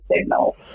signal